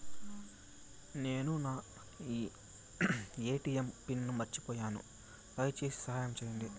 నేను నా ATM pin మర్చిపోయాను, దయచేసి సహాయం చేయండి